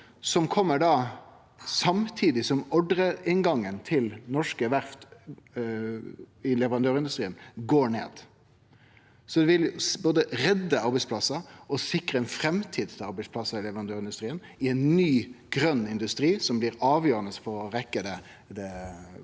som kjem samtidig som ordreinngangen til norske verft i leverandørindustrien går ned. Det vil både redde arbeidsplassar og sikre ei framtid til arbeidsplassar i leverandørindustrien i ein ny, grøn industri som blir avgjerande, både for å rekke